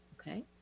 okay